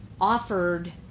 offered